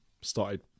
started